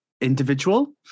individual